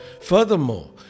Furthermore